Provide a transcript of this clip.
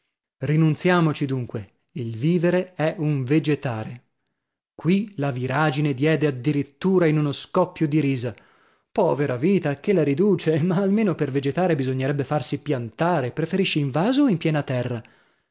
rinunziamoci dunque il vivere è un vegetare qui la viragine diede addirittura in uno scoppio di risa povera vita a che la riduce ma almeno per vegetare bisognerebbe farsi piantare preferisce in vaso o in piena terra